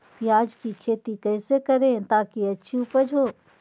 प्याज की खेती कैसे करें ताकि अच्छी उपज हो?